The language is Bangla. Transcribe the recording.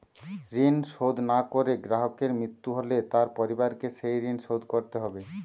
ঋণ শোধ না করে গ্রাহকের মৃত্যু হলে তার পরিবারকে সেই ঋণ শোধ করতে হবে?